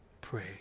pray